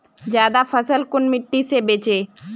ज्यादा फसल कुन मिट्टी से बेचे?